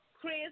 Chris